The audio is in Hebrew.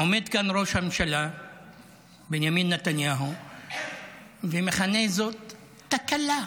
עומד כאן ראש הממשלה בנימין נתניהו ומכנה זאת "תקלה".